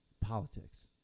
politics